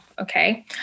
okay